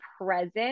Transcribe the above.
present